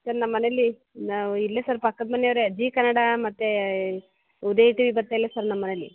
sir ನಮ್ಮ ಮನೇಲಿ ನಾವು ಇಲ್ಲೇ ಸರ್ ಪಕ್ಕದ ಮನೆಯವರೇ ಜೀ ಕನ್ನಡ ಮತ್ತು ಉದಯ ಟಿ ವಿ ಬರ್ತಾಯಿಲ್ಲ ಸರ್ ನಮ್ಮ ಮನೇಲಿ